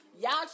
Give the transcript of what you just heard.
Y'all